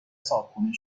صاحبخونه